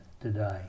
today